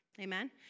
Amen